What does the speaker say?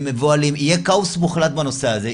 הם מבוהלים, יהיה כאוס מוחלט בנושא הזה.